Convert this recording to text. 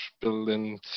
building